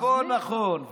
הכול נכון.